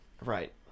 Right